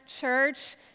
church